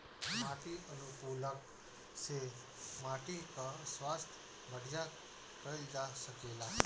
माटी अनुकूलक से माटी कअ स्वास्थ्य बढ़िया कइल जा सकेला